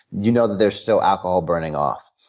you know that there's still alcohol burning off.